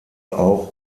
auch